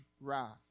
wrath